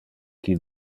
qui